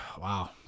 Wow